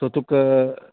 so तुका